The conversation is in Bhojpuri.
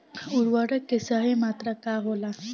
उर्वरक के सही मात्रा का होला?